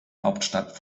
hauptstadt